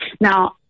Now